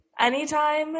Anytime